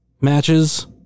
matches